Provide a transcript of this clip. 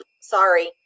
sorry